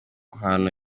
mahano